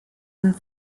and